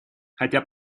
хотя